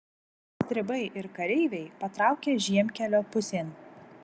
stribai ir kareiviai patraukė žiemkelio pusėn